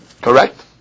Correct